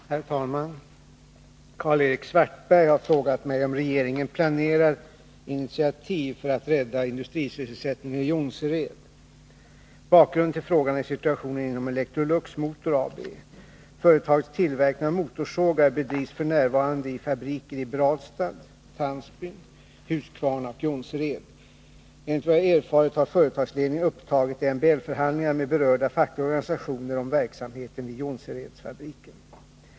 Herr talman! Karl-Erik Svartberg har frågat mig om regeringen planerar initiativ för att rädda industrisysselsättningen i Jonsered. Bakgrunden till frågan är situationen inom Electrolux Motor AB. Företagets tillverkning av motorsågar bedrivs f.n. i fabriker i Brastad, Tandsbyn, Huskvarna och Jonsered. Enligt vad jag erfarit har företagsledningen upptagit MBL-förhandlingar med berörda fackliga organisationer om verksamheten vid Jonseredsfabriken.